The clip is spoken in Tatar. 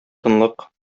тынлык